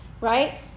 right